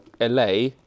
LA